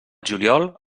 juliol